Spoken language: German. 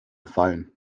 fallen